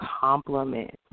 compliment